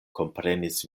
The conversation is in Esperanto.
komprenis